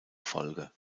folge